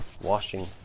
washing